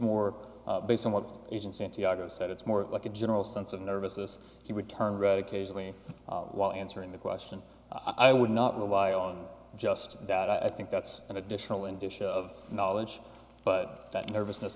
more based on what is in santiago said it's more like a general sense of nervousness he would turn red occasionally while answering the question i would not rely on just that i think that's an additional in addition of knowledge but that nervousness